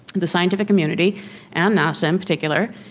the scientific community and nasa in particular,